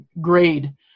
grade